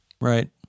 Right